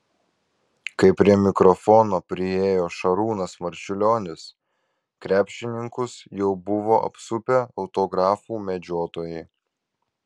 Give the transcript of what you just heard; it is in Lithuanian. kai prie mikrofono priėjo šarūnas marčiulionis krepšininkus jau buvo apsupę autografų medžiotojai